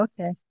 okay